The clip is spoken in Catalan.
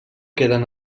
queden